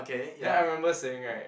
then I remember saying right